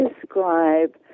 describe